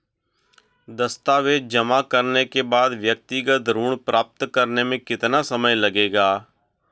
दस्तावेज़ जमा करने के बाद व्यक्तिगत ऋण प्राप्त करने में कितना समय लगेगा?